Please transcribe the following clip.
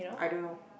I don't know